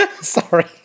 Sorry